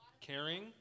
Caring